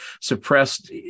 suppressed